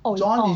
oh orh